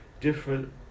different